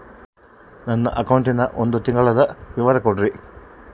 ನನ್ನ ಅಕೌಂಟಿನ ಒಂದು ತಿಂಗಳದ ವಿವರ ಕೊಡ್ರಿ?